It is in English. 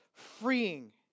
freeing